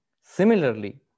Similarly